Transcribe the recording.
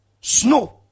Snow